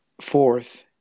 fourth